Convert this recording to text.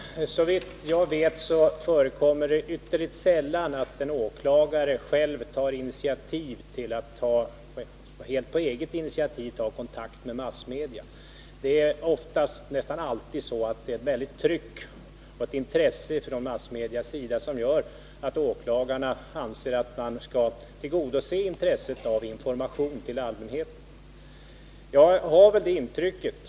Herr talman! Såvitt jag förstår förekommer det ytterligt sällan att en åklagare på eget initiativ tar kontakt med massmedia. Det är oftast — nästan alltid — så, att det är ett väldigt tryck från massmedias sida som gör att åklagarna anser att de bör tillgodose intresset av information till allmänheten.